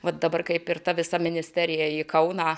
vat dabar kaip ir ta visa ministerija į kauną